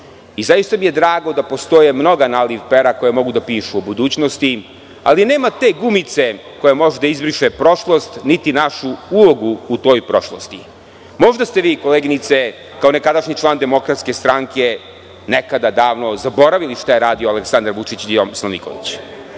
vlasti. Zaista mi je drago da postoje mnoga naliv pera koja mogu da pišu o budućnosti, ali nema te gumice koja može da izbriše prošlost, niti našu ulogu u toj prošlosti. Možda ste vi, koleginice, kao nekadašnji član DS nekada davno, zaboravili šta je radio Aleksandar Vučić ili Tomislav Nikolić,